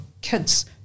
kids